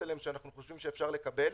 אליהן ושאנחנו חושבים שאפשר לקבל.